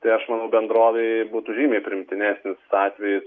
tai aš manau bendrovei būtų žymiai priimtinesnis atvejis